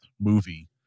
movie